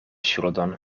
ŝuldon